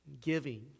giving